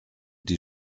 die